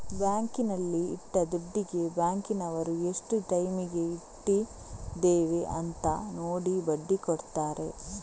ಬ್ಯಾಂಕಿನಲ್ಲಿ ಇಟ್ಟ ದುಡ್ಡಿಗೆ ಬ್ಯಾಂಕಿನವರು ಎಷ್ಟು ಟೈಮಿಗೆ ಇಟ್ಟಿದ್ದೇವೆ ಅಂತ ನೋಡಿ ಬಡ್ಡಿ ಕೊಡ್ತಾರೆ